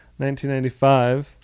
1995